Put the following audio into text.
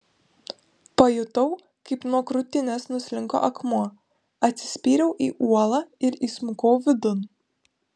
pajutau kaip nuo krūtinės nuslinko akmuo atsispyriau į uolą ir įsmukau vidun